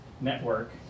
network